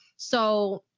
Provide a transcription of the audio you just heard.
so.